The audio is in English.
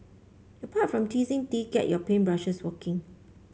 apart from teasing tea get your paint brushes working